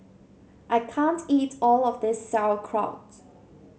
I can't eat all of this Sauerkraut